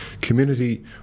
community